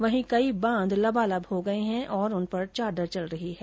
वहीं कई बांध लंबालब हो गये है और उन पर चादर चल रही है